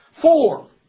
Four